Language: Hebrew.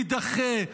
יידחה,